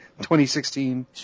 2016